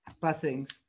blessings